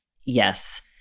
Yes